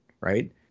right